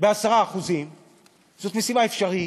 ב-10% זאת משימה אפשרית.